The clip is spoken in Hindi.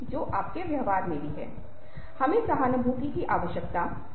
क्या आप तीर निकालने की चेष्टा करेंगे या आप यह पूछेंगे की तीर किस दिशा से आया है